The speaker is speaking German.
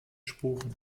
sporen